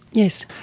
yes.